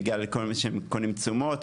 בגלל כל מי שקונים תשומות.